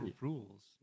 rules